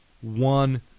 one